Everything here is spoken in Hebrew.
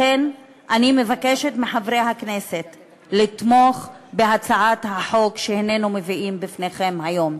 לכן אני מבקשת מחברי הכנסת לתמוך בהצעת החוק שהננו מביאים בפניכם היום.